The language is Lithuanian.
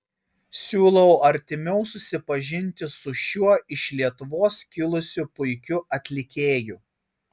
siūlau artimiau susipažinti su šiuo iš lietuvos kilusiu puikiu atlikėju